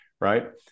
right